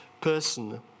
person